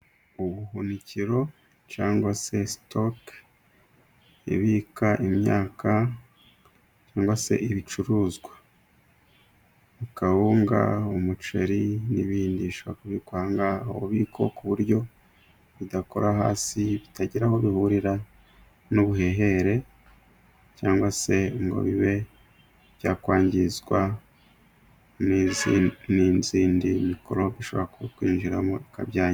Ubuhunikiro cyangwa se sitoke ibika imyaka cyangwa se ibicuruzwa, kawunga, umuceri n'ibindi bishobora kubikwa aha ngaha mu bubiko ku buryo bidakora hasi, bitagira aho bihurira n'ubuhehere, cyangwa se ngo bibe byakwangizwa n'izindi mikorobe zishobora kwinjiramo zikabyangiza.